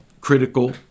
critical